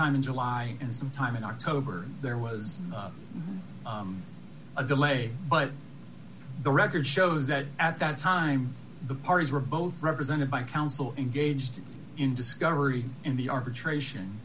sometime in july and sometime in october there was a delay but the record shows that at that time the parties were both represented by counsel engaged in discovery in the arbitration